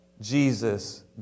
Jesus